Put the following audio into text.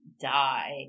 die